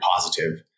positive